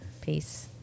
Peace